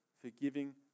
Forgiving